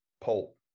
pole